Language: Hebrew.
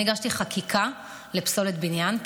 אני הגשתי חקיקה בדבר פסולת בניין,